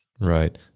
Right